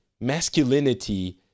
masculinity